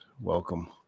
welcome